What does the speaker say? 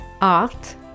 Art